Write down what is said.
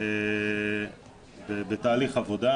בתהליך עבודה,